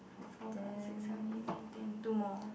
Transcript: three four five six seven eight nine ten two more